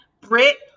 Brit